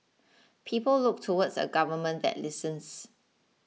people look towards a government that listens